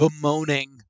bemoaning